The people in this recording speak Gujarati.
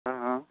હા હા